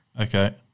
Okay